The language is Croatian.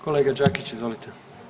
Kolega Đakić, izvolite.